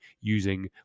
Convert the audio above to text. using